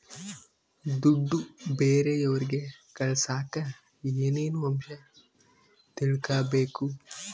ದುಡ್ಡು ಬೇರೆಯವರಿಗೆ ಕಳಸಾಕ ಏನೇನು ಅಂಶ ತಿಳಕಬೇಕು?